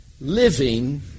living